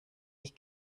ich